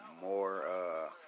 more